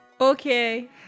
Okay